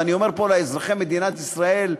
ואני אומר פה לאזרחי מדינת ישראל,